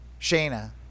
Shayna